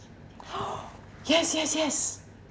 yes yes yes